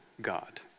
God